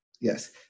Yes